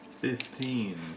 Fifteen